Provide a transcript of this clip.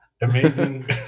Amazing